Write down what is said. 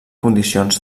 condicions